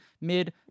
mid